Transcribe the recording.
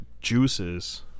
juices